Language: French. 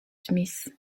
smith